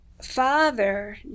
father